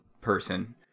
...person